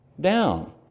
down